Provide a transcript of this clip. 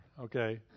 okay